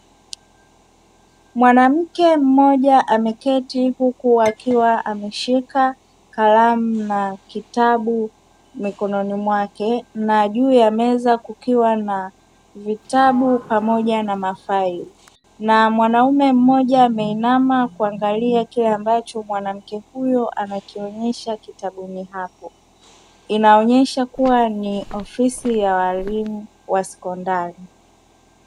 Mwanamke mmoja akiwa ameketi huku akiwa ameshika kalamu na kitabu mikononi mwake, na juu ya meza kukiwa na vitabu pamoja na mafaili, na mwanaume mmoja ameinama kuangalia kile ambacho mwanamke huyo amekionyesha kitabuni hapo. Inaonyesha kuwa ni ofisi ya walimu wa sekondari.